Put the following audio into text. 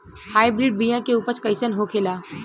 Hybrid बीया के उपज कैसन होखे ला?